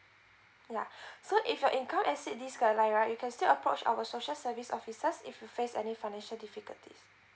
ya so if your income exceed this guideline right you can still approach our social service officers if you face any financial difficulties